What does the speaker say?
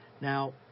Now